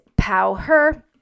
powher